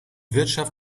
wirtschaft